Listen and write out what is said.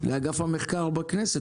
לאגף המחקר בכנסת,